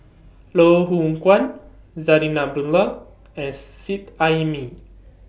Loh Hoong Kwan Zarinah Abdullah and Seet Ai Mee